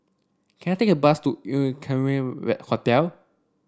can I take a bus to Equarius Hotel